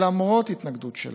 למרות התנגדות שלהם,